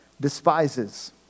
despises